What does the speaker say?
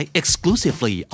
exclusively